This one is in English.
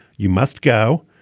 you must go.